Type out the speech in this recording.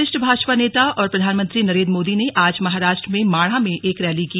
वरिष्ठ भाजपा नेता और प्रधानमंत्री नरेन्द्र मोदी ने आज महाराष्ट्र में माढ़ा में एक रैली की